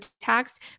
tax